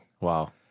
Wow